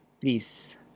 please